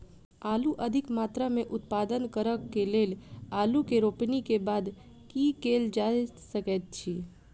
आलु अधिक मात्रा मे उत्पादन करऽ केँ लेल आलु केँ रोपनी केँ बाद की केँ कैल जाय सकैत अछि?